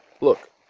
Look